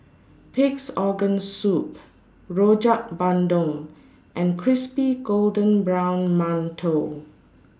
Pig'S Organ Soup Rojak Bandung and Crispy Golden Brown mantou